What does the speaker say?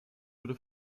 wurde